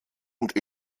und